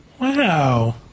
Wow